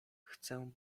chcę